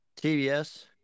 TBS